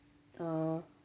uh